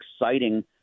exciting